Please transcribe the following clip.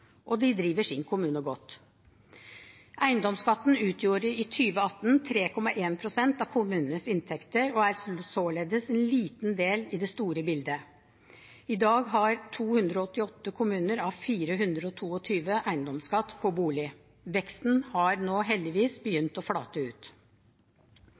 og de driver sin kommune godt. Eiendomsskatten utgjorde 3,1 pst. av kommunenes inntekter i 2018 og er således en liten del i det store bildet. I dag har 288 av 422 kommuner eiendomsskatt på bolig. Veksten har nå heldigvis